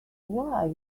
why